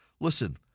Listen